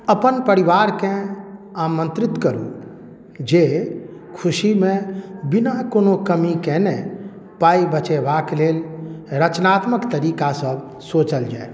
अपन परिवारकेँ आमन्त्रित करू जे खुशीमे बिना कोनो कमी कयने पाइ बचेबाक लेल रचनात्मक तरीकासँ सोचल जाय